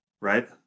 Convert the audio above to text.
right